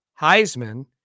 Heisman